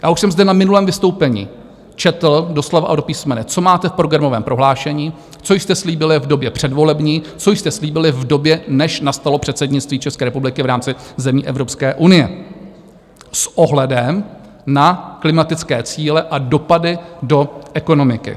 Já už jsem zde na minulém vystoupení četl do slova a do písmene, co máte v programovém prohlášení, co jste slíbili v době předvolební, co jste slíbili v době, než nastalo předsednictví České republiky v rámci zemí Evropské unie s ohledem na klimatické cíle a dopady do ekonomiky.